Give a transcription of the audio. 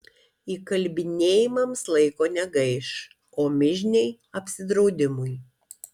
įkalbinėjimams laiko negaiš o mižniai apsidraudimui